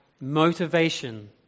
motivation